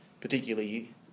particularly